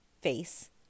face